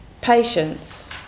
patience